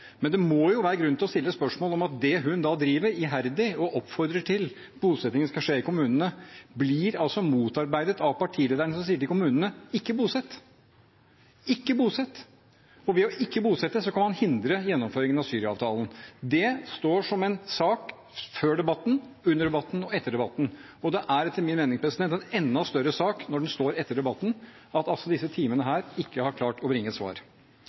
Men det må være grunn til å stille spørsmål ved at det hun driver iherdig og oppfordrer til – bosettingen skal skje i kommunene – altså blir motarbeidet av partilederen, som sier til kommunene: Ikke bosett! Og ved å ikke bosette kan man hindre gjennomføringen av Syria-avtalen. Det står som en sak før debatten, under debatten og etter debatten, og det er etter min mening en enda større sak når den står etter debatten, at man etter disse timene her ikke har klart å bringe et svar.